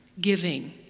giving